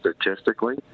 statistically